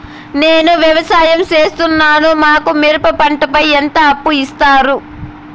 నేను వ్యవసాయం సేస్తున్నాను, మాకు మిరప పంటపై ఎంత అప్పు ఇస్తారు